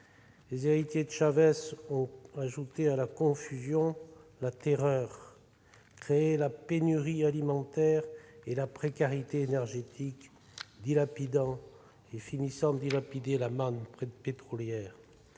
les héritiers de Chávez ont ajouté à la confusion la terreur, créé la pénurie alimentaire et la précarité énergétique, finissant de dilapider la manne pétrolière.